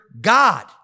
God